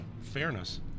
Fairness